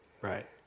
Right